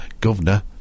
governor